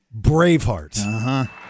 braveheart